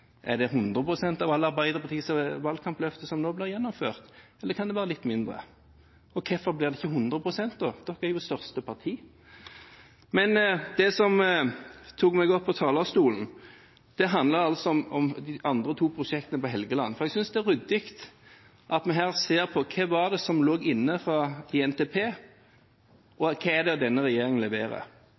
Er det 100 pst. av alle Arbeiderpartiets valgkampløfter som nå blir gjennomført, eller kan det være litt mindre? Hvorfor blir det ikke 100 pst? Dette er jo det største partiet. Men det som førte meg opp på talerstolen, var de andre to prosjektene på Helgeland. Jeg synes det er ryddig at vi her ser på: Hva var det som lå inne i NTP, og hva er det denne regjeringen leverer?